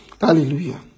Hallelujah